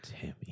Timmy